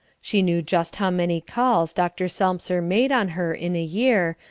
she knew just how many calls dr. selmser made on her in a year,